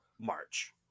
March